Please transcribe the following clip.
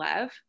love